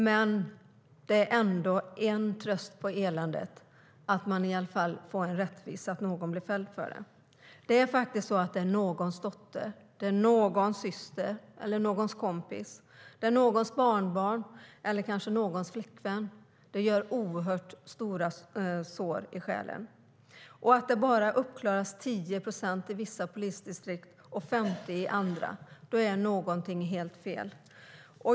Men det är ändå en tröst i eländet att man i alla fall får en rättvisa på det viset att någon blir fälld. Det är någons dotter, någons syster eller kompis, någons barnbarn eller kanske någons flickvän. Det ger oerhört stora sår i själen. Att det bara uppklaras 10 procent av våldtäktsbrotten i vissa polisdistrikt och 50 i andra visar att någonting är helt fel.